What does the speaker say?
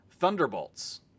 thunderbolts